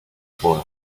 pole